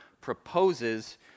proposes